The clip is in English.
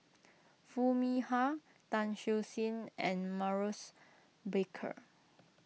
Foo Mee Har Tan Siew Sin and Maurice Baker